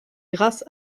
grâce